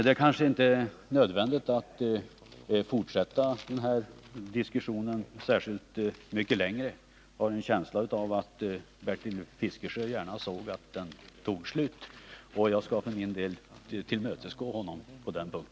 Det är kanske inte nödvändigt att fortsätta denna diskussion särskilt mycket längre. Jag har en känsla av att Bertil Fiskesjö gärna såg att den tog slut. Jag skall för min del tillmötesgå honom på denna punkt.